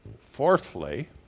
Fourthly